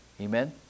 Amen